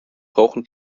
brauchen